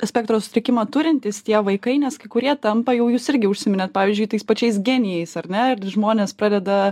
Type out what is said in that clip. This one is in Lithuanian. spektro sutrikimą turintys tie vaikai nes kai kurie tampa jau jūs irgi užsiminėt pavyzdžiui tais pačiais genijais ar ne žmonės pradeda